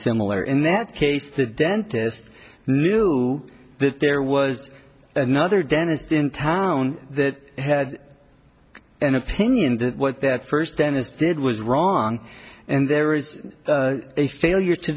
similar in that case the dentist knew that there was another dentist in town that had an opinion that what that first dentist did was wrong and there is a failure to